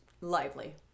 lively